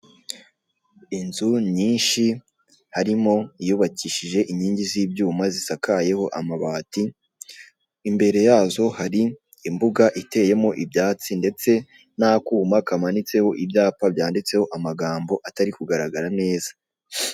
Inzu nyinshi harimo iyubakishije inkingi z'ibyuma zisakayeho amabati, imbere yazo hari imbuga iteyemo ibyatsi ndetse n'akuma kamanitseho ibyapa byanditseho amagambo atari kugaragara neza.